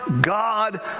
God